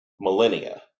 millennia